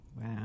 Wow